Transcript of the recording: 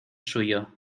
suyo